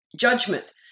judgment